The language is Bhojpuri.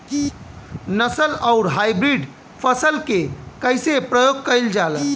नस्ल आउर हाइब्रिड फसल के कइसे प्रयोग कइल जाला?